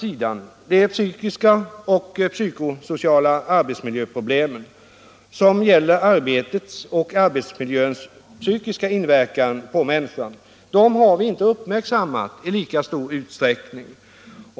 Men de psykiska och psykosociala arbetsproblemen som gäller arbetets och arbetsmiljöns psykiska inverkan på människan har inte uppmärksammats i lika stor utsträckning.